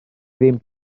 ddim